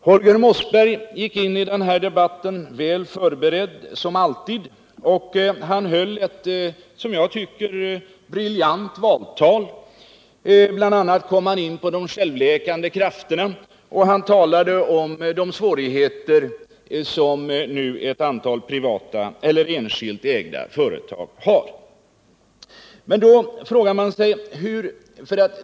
Holger Mossberg gick in i debatten väl förberedd som alltid. Han höll ett som jag tycker briljant valtal. Bl. a. kom han in på frågan om de självläkande krafterna, och han talade om de svårigheter som ett antal enskilt ägda företag i dag har.